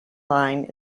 line